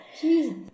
Jesus